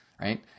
right